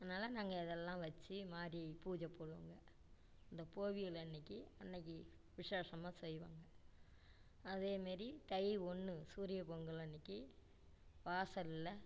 அதனால் நாங்க இதெல்லாம் வச்சு மாரி பூஜைப் போடுவோங்க அந்த போவியல் அன்னைக்கு அன்னைக்கு விசேஷமாக செய்வோங்க அதே மாரி தை ஒன்று சூரியப் பொங்கல் அன்னைக்கு வாசல்ல